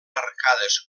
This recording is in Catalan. arcades